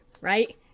right